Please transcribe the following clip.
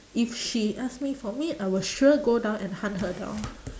if she ask me for meet I will sure go down and hunt her down